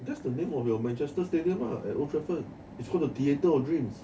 that's the name of your manchester stadium ah at old trafford is called the theatre of dreams